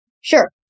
Sure